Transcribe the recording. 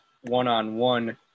one-on-one